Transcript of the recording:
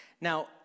Now